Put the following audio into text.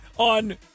on